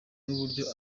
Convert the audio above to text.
n’uburyo